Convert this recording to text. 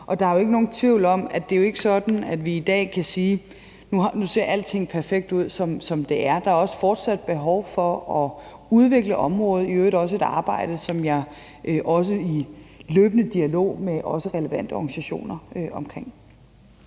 parter spiller. Og det er jo ikke sådan, at vi i dag kan sige, at alting nu ser perfekt ud, som det er, men der er også fortsat et behov for at udvikle området, og det er i øvrigt også et arbejde, som jeg er i løbende dialog med de relevante organisationer omkring.